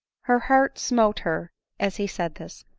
her heart smote her as he said this.